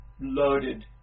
loaded